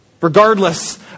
Regardless